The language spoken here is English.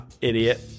idiot